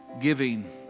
giving